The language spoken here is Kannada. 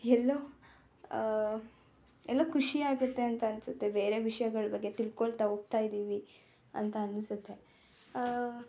ಎಲ್ಲೋ ಎಲ್ಲೋ ಖುಷಿ ಆಗುತ್ತೆ ಅಂತ ಅನ್ನಿಸುತ್ತೆ ಬೇರೆ ವಿಷಯಗಳು ಬಗ್ಗೆ ತಿಳ್ಕೊಳ್ತಾ ಹೋಗ್ತಾಯಿದ್ದೀವಿ ಅಂತ ಅನ್ನಿಸುತ್ತೆ